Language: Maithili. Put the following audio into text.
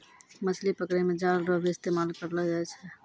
मछली पकड़ै मे जाल रो भी इस्तेमाल करलो जाय छै